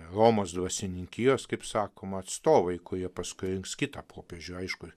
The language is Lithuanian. homos dvasininkijos kaip sakoma atstovai kurie paskui rinks kitą popiežių aišku